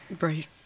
Right